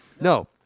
No